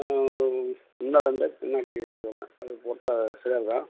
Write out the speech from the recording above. முன்னே ரெண்டு பின்னாடி ஒன்று அது போட்டால் சரியாக போயிடும்